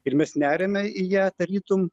ir mes neriame į ją tarytum